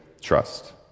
trust